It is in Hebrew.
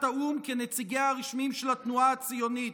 האו"ם כנציגיה הרשמיים של התנועה הציונית.